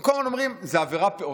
אתם כל הזמן אומרים: זו עבירה פעוטה,